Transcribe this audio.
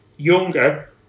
Younger